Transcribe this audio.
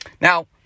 Now